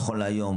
נכון להיום,